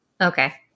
Okay